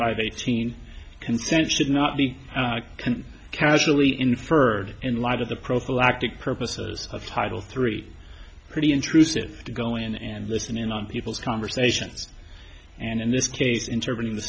five eighteen consent should not be can casually inferred in light of the prophylactic purposes of title three pretty intrusive to go in and listen in on people's conversations and in this case interpreting the